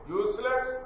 useless